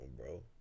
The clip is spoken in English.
bro